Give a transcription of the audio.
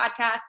podcast